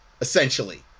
essentially